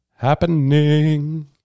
happening